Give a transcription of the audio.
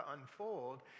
unfold